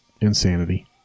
insanity